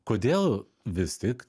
kodėl vis tik